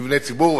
מבני ציבור,